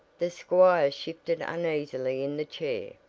the squire shifted uneasily in the chair.